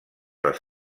les